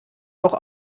auch